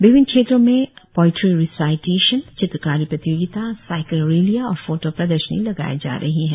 विभिन्न क्षेत्रों में पोईट्री रिसायटेशन चित्रकारी प्रतियोगिता साईकल रैलियाँ और फोटो प्रदर्शनी लगाई जा रही है